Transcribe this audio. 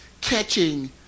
catching